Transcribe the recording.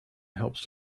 helps